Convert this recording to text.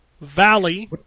Valley